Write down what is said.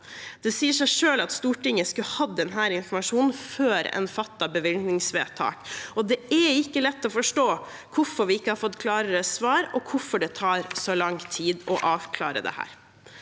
Det sier seg selv at Stortinget skulle hatt denne informasjonen før en fatter bevilgningsvedtak, og det er ikke lett å forstå hvorfor vi ikke har fått klarere svar, og hvorfor det tar så lang tid å avklare dette.